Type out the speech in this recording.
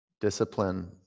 Discipline